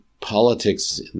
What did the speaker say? politics